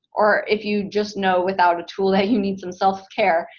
or if you just know without a tool that you need some self-care,